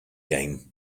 game